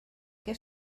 què